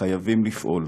חייבים לפעול,